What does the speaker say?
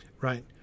right